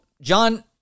John